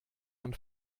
man